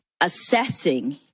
assessing